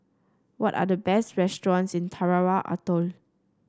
what are the best restaurants in Tarawa Atoll